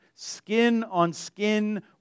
Skin-on-skin